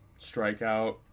strikeout